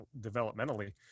developmentally